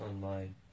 online